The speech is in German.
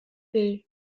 will